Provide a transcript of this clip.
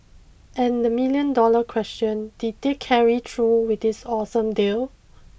and the million dollar question did they carry through with this awesome deal